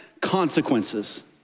consequences